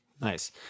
Nice